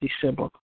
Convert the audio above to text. December